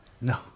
No